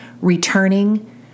returning